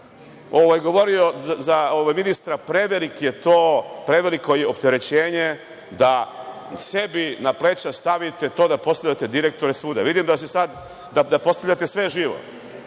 Već sam govorio za ministra je preveliko opterećenje da sebi na pleća stavite to da postavljate direktore svuda. Vidim da postavljate sve živo.